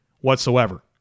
whatsoever